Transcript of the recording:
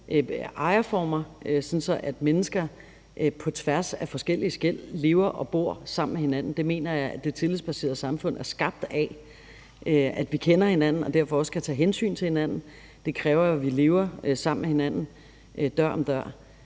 ejerformer, sådan at mennesker på tværs af forskellige skel lever og bor sammen med hinanden. Jeg mener, at det tillidsbaserede samfund er skabt af, at vi kender hinanden, og at vi derfor også kan tage hensyn til hinanden. Det kræver, at vi lever sammen med hinanden dør om dør.